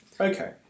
Okay